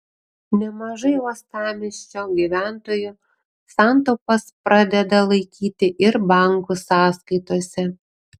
nemažai uostamiesčio gyventojų santaupas pradeda laikyti ir bankų sąskaitose